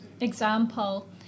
example